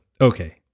okay